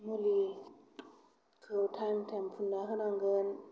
मुलिखौ time time फुननान होनांगोन